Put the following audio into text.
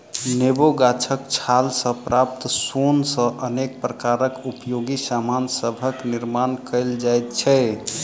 नेबो गाछक छाल सॅ प्राप्त सोन सॅ अनेक प्रकारक उपयोगी सामान सभक निर्मान कयल जाइत छै